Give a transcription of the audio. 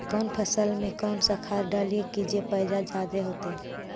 कौन फसल मे कौन सा खाध डलियय जे की पैदा जादे होतय?